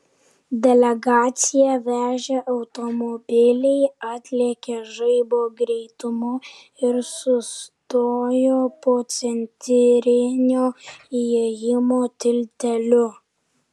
delegaciją vežę automobiliai atlėkė žaibo greitumu ir sustojo po centrinio įėjimo tilteliu